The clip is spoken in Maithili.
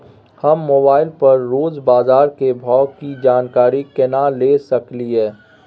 हम मोबाइल पर रोज बाजार के भाव की जानकारी केना ले सकलियै?